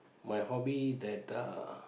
my hobby that uh